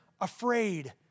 afraid